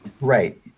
right